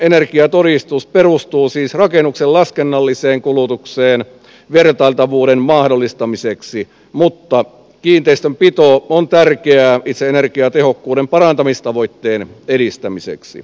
energiatodistus perustuu siis rakennuksen laskennalliseen kulutukseen vertailtavuuden mahdollistamiseksi mutta kiinteistönpito on tärkeää itse energiatehokkuuden parantamistavoitteen edistämiseksi